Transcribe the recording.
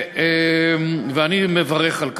ואני מברך על כך.